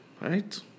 right